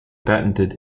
patented